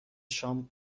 شام